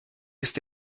ist